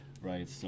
Right